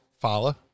follow